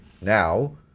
Now